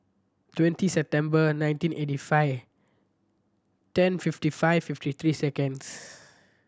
twenty September nineteen eighty five ten fifty five fifty three seconds